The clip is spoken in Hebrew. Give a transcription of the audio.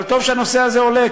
אבל טוב שהנושא הזה עולה,